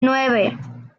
nueve